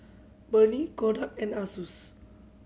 Burnie Kodak and Asus